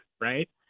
right